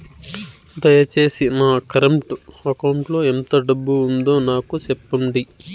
దయచేసి నా current account లో ఎంత డబ్బు ఉందో నాకు సెప్పండి